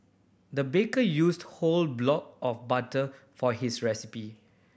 the baker used the whole block of butter for this recipe